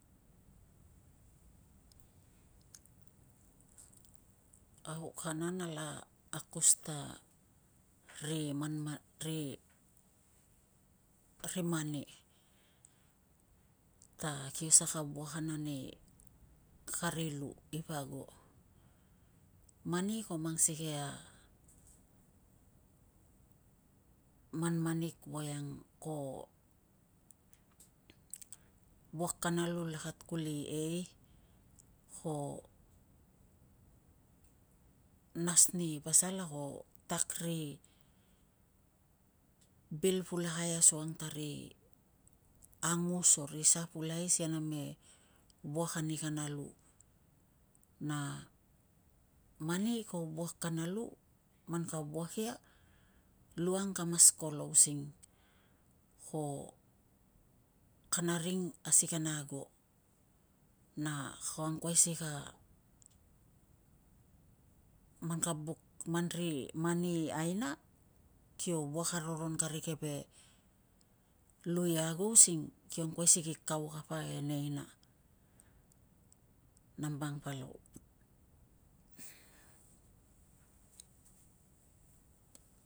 Au kana nala akus ta ri mani ta kio saka wuakan ani kari lu i pa ago. Mani ko mang sikei a manmanik voiang ko wuak kana lu lakat kuli ei. Ko nas ni pasal na ko tak ri bil pulakai asukang ta ri angus o ri sa pulakai si kana me wauk ani kana l. Na mani ko wuak kana lu, man ka wuak ia, lu ang kamas kolo using ko kana ring asi kana ago. Na ka angkuai si ka, man ka buk, ri mani aina kio wuak aroron kari keve lu i ago using kio angkuai si ki kau kapa e neina. Nambang palau.